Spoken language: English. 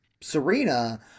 Serena